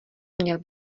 měl